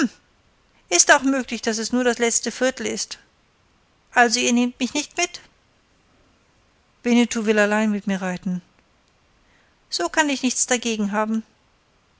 ist auch möglich daß es nur das letzte viertel ist also ihr nehmt mich nicht mit winnetou will allein mit mir reiten so kann ich nichts dagegen haben